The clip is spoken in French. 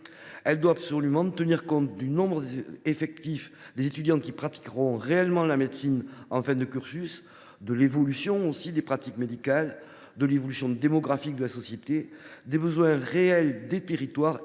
elle doit absolument tenir compte des effectifs d’étudiants qui pratiquent réellement la médecine en fin de cursus, de l’évolution des pratiques médicales, de l’évolution démographique de la société, des besoins réels des territoires et